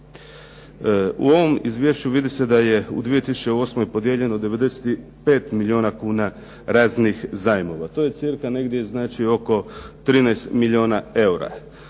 U ovom izvješću vidi se da je u 2008. podijeljeno 95 milijuna kuna raznih zajmova. To je cirka negdje znači oko 13 milijuna eura.